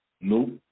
Nope